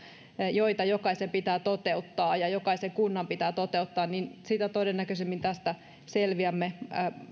joita jokaisen pitää toteuttaa ja jokaisen kunnan pitää toteuttaa niin sitä todennäköisemmin tästä selviämme